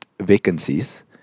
vacancies